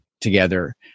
together